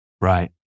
Right